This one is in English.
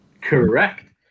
correct